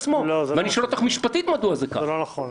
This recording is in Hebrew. מדוע זה כך?